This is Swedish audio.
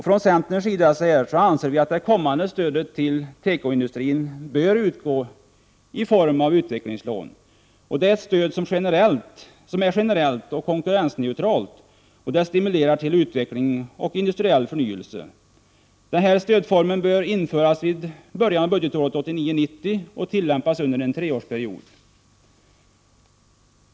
Från centerns sida anser vi att det kommande stödet till tekoindustrin bör utgå i form av utvecklingslån. Det är ett stöd som är generellt och konkurrensneutralt, och det stimulerar till utveckling och industriell förnyel se. Denna stödform bör införas vid början av budgetåret 1989/90 och tillämpas under en treårsperiod.